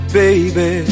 baby